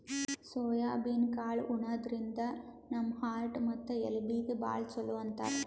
soybean ಕಾಳ್ ಉಣಾದ್ರಿನ್ದ ನಮ್ ಹಾರ್ಟ್ ಮತ್ತ್ ಎಲಬೀಗಿ ಭಾಳ್ ಛಲೋ ಅಂತಾರ್